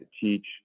teach